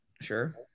Sure